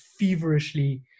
feverishly